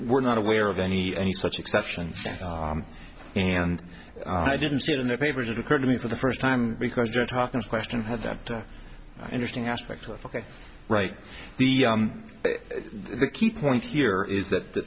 we're not aware of any any such exception and i didn't see it in the papers it occurred to me for the first time because they're talking to question had that interesting aspect with ok right the key point here is that